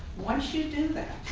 once you do that,